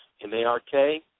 M-A-R-K